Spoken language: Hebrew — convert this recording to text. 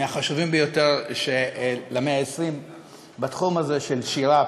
מהחשובים ביותר במאה ה-20 בתחום של שירה,